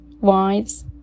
wives